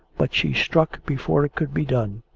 but she struck before it could be done.